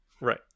Right